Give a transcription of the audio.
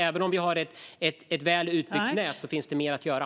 Även om vi har ett väl utbyggt nät finns det mer att göra.